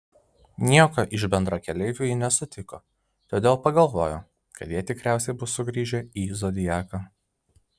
nieko iš bendrakeleivių ji nesutiko todėl pagalvojo kad jie tikriausiai bus sugrįžę į zodiaką